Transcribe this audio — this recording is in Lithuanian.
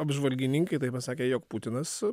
apžvalgininkai tai pasakė jog putinas